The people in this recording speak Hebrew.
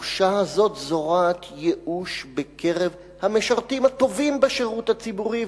התחושה הזאת זורעת ייאוש בקרב המשרתים הטובים בשירות הציבורי,